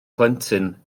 plentyn